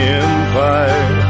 empire